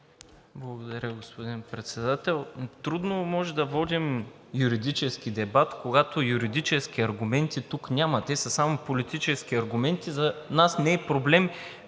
Благодаря, господин Председател. Трудно може да водим юридически дебат, когато тук няма юридически аргументи, те са само политически аргументи. За нас не е проблем